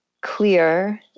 clear